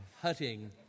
Hutting